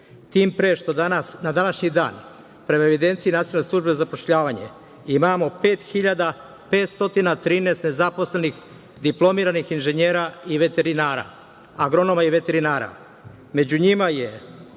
tim pre što na današnji dan, prema evidenciji Nacionalne službe za zapošljavanje imamo pet hiljada 513 nezaposlenih diplomirani inžinjera i veterinara, agronoma veterinara.